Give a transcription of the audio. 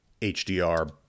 HDR